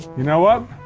you know what,